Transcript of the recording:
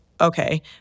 okay